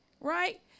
right